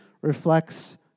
reflects